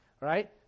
right